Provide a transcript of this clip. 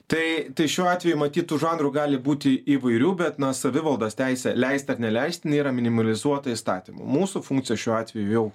tai tai šiuo atveju matytų tų žanrų gali būti įvairių bet na savivaldos teisę leisti ar neleisti nėra minimalizuota įstatymu mūsų funkcija šiuo atveju